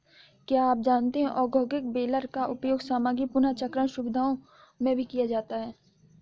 क्या आप जानते है औद्योगिक बेलर का उपयोग सामग्री पुनर्चक्रण सुविधाओं में भी किया जाता है?